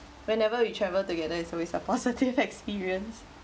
whenever we travel together is always a positive experience